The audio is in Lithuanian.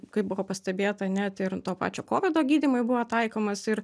kaip buvo pastebėta net ir to pačio kovido gydymui buvo taikomas ir